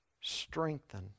strengthen